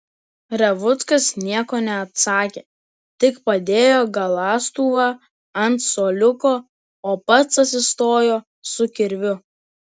revuckas nieko neatsakė tik padėjo galąstuvą ant suoliuko o pats atsistojo su kirviu